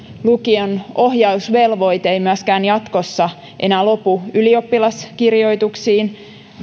lukion ohjausvelvoite ei myöskään jatkossa enää lopu ylioppilaskirjoituksiin